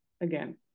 again